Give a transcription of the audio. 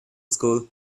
school